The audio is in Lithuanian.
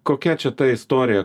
kokia čia ta istorija